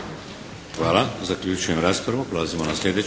Hvala. Zaključujem raspravu.